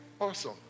Awesome